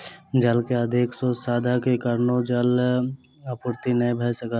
जल के अधिक शोषणक कारणेँ जल आपूर्ति नै भ सकल